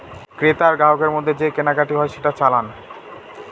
ক্রেতা আর গ্রাহকের মধ্যে যে কেনাকাটি হয় সেটা চালান